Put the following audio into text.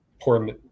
poor